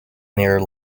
near